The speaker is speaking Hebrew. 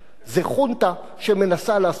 זה חונטה שמנסה לעשות פוטש.